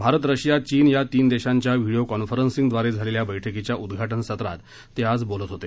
Bharat Russia चीन या तीन देशांच्या व्हिडिओ कॉन्फरन्सिंग द्वारे झालेल्या बैठकीच्या उद्घाटन सत्रात ते आज बोलत होते